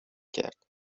کرد